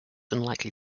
unlikely